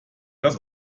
das